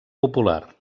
popular